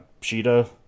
Sheeta